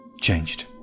Changed